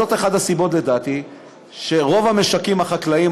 זו לדעתי אחת הסיבות שרוב המשקים החקלאיים,